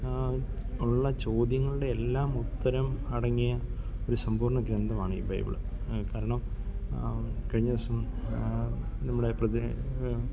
ഒള്ള ചോദ്യങ്ങളുടെയെല്ലാം ഉത്തരം അടങ്ങിയ ഒരു സമ്പൂർണ്ണ ഗ്രന്ഥമാണ് ഈ ബൈബിള് കാരണം കഴിഞ്ഞ ദിവസം നമ്മുടെ പ്രതി